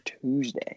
tuesday